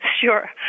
Sure